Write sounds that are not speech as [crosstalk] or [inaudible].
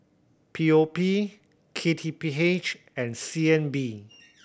P O P K T P H and C N B [noise]